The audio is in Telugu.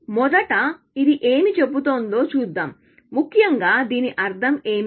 మొదట ఇది ఏమి చెబుతుందో చూద్దాం ముఖ్యంగా దీని అర్థం ఏమిటి